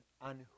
on